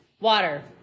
water